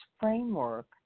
framework